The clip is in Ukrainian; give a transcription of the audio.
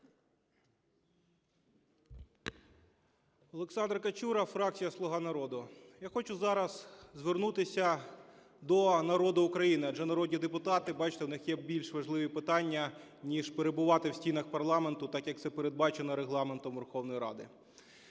Олександр Качура, фракція "Слуга народу". Я хочу зараз звернутися до народу України, адже народні депутати, бачте, у них є більш важливі питання, ніж перебувати у стінах парламенту, так як це передбачено Регламентом Верховної Ради.